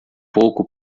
pouco